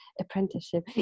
apprenticeship